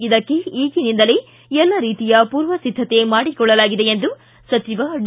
ಇದಕ್ಕೆ ಈಗಿನಿಂದಲೇ ಎಲ್ಲ ರೀತಿಯ ಪೂರ್ವಸಿದ್ದತೆ ಮಾಡಿಕೊಳ್ಳಲಾಗಿದೆ ಎಂದು ಸಚಿವ ಡಿ